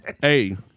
Hey